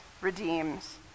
redeems